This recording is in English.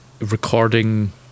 recording